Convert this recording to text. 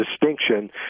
distinction